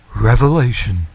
revelation